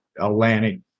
Atlantic